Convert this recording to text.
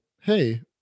hey